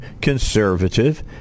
conservative